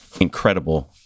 incredible